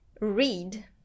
read